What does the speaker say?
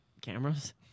cameras